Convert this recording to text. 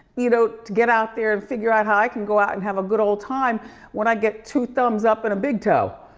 you know, to get out there and figure out how i can go out and have a good ol' time when i get two thumbs up and a big toe.